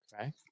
Okay